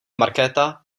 markéta